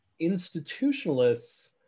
institutionalists